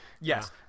Yes